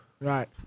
Right